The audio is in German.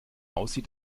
aussieht